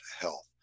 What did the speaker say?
health